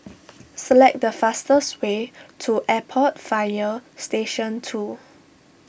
select the fastest way to Airport Fire Station two